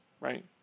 right